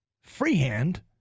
freehand